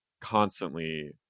constantly